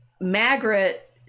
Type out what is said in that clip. Margaret